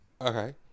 Okay